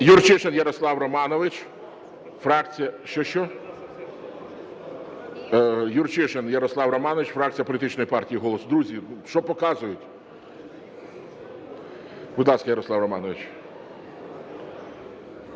Юрчишин Ярослав Романович, фракція політичної партії "Голос". Друзі, що показують. Будь ласка, Ярослав Романович.